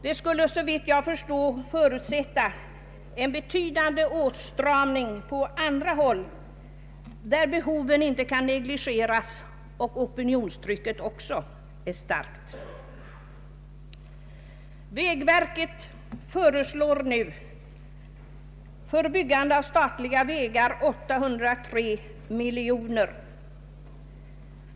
Det skulle, såvitt jag förstår, förutsätta en betydande åtstramning på andra håll, där behoven inte kan negligeras och där opinionstrycket också är starkt. Vägverket föreslår nu för byggande av statliga vägar 803 miljoner kronor.